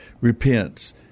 repents